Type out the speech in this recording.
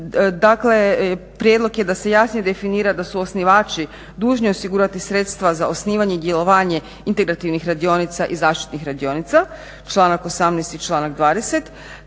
dakle prijedlog je da se jasnije definira da su osnivači dužni osigurati sredstva za osnivanje i djelovanje integrativnih radionica i zaštitnih radionica, članak 18.i članak 20.te